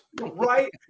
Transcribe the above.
Right